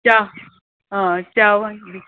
च्या हय चाव